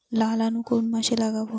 লাল আলু কোন মাসে লাগাব?